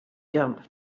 jump